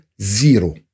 zero